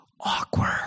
awkward